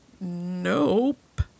Nope